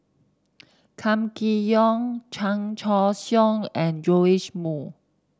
Kam Kee Yong Chan Choy Siong and Joash Moo